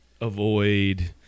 avoid